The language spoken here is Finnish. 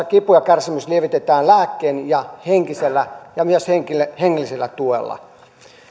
kipu ja kärsimys lievitetään lääkkein ja henkisellä ja myös hengellisellä tuella